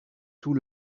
tout